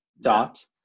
dot